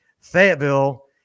Fayetteville